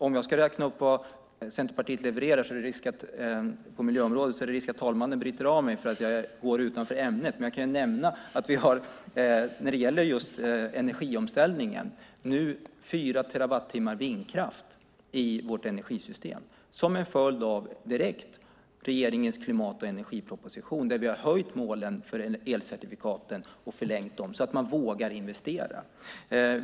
Om jag ska räkna upp vad Centerpartiet levererar på miljöområdet är det risk att talmannen avbryter mig för att jag går utanför ämnet. Jag kan dock nämna att när det gäller just energiomställningen har vi nu fyra terawattimmar vindkraft i vårt energisystem. Det är en direkt följd av regeringens klimat och energiproposition där vi höjt målen för elcertifikaten och förlängt dem så att man vågar investera.